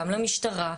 גם למשטרה,